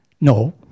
No